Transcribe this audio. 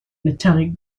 metallic